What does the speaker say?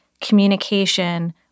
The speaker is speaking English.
communication